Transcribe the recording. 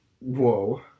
Whoa